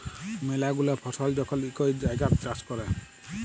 ম্যালা গুলা ফসল যখল ইকই জাগাত চাষ ক্যরে